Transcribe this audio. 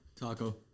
Taco